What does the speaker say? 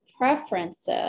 preferences